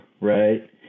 right